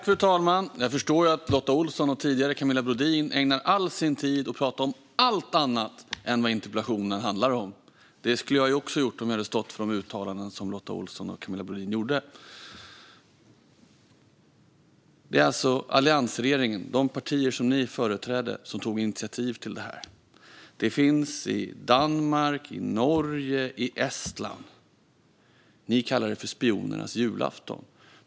Fru talman! Jag förstår att Lotta Olsson och Camilla Brodin ägnar all sin talartid åt att prata om allt annat än vad interpellationen handlar om. Det skulle jag också ha gjort om jag hade stått för de uttalanden som Lotta Olsson och Camilla Brodin gjorde. Det var alltså alliansregeringen, de partier som ni företräder, som tog initiativ till det här. Det finns i Danmark, Norge och Estland. Ni kallar det för spionernas julafton.